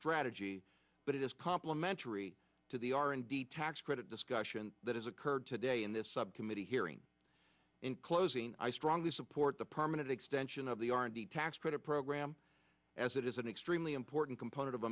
strategy but it is complimentary to the r and d tax credit discussion that has occurred today in this subcommittee hearing in closing i strongly support the permanent extension of the r and d tax credit program as it is an extremely important component of